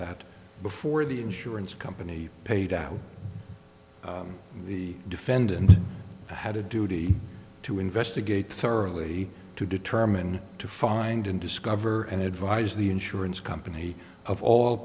that before the insurance company paid out the defendant had a duty to investigate thoroughly to determine to find and discover and advise the insurance company of all